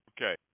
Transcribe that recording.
okay